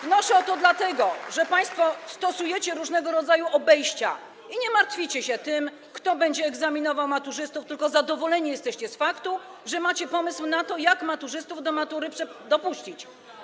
Wnoszę o to, dlatego że państwo stosujecie różnego rodzaju obejścia i nie martwicie się o to, kto będzie egzaminował maturzystów, tylko zadowoleni jesteście z faktu, że macie pomysł na to, jak maturzystów do matury dopuścić.